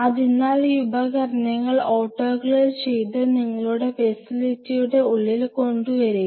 അതിനാൽ ഈ ഉപകരണങ്ങൾ ഓട്ടോക്ലേവ് ചെയ്ത് നിങ്ങളുടെ ഫെസിലിറ്റിയുടെ ഉള്ളിൽ കൊണ്ടുവരിക